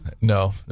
No